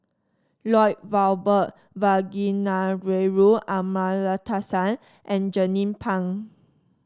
Lloyd Valberg Kavignareru Amallathasan and Jernnine Pang